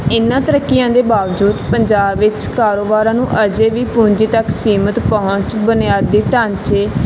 ਇਨ੍ਹਾਂ ਤਰੱਕੀਆਂ ਦੇ ਬਾਵਜੂਦ ਪੰਜਾਬ ਵਿੱਚ ਕਾਰੋਬਾਰਾਂ ਨੂੰ ਅਜੇ ਵੀ ਪੂੰਜੀ ਤੱਕ ਸੀਮਤ ਪਹੁੰਚ ਬੁਨਿਆਦੀ ਢਾਂਚੇ